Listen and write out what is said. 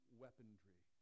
weaponry